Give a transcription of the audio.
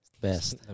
Best